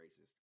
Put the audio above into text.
racist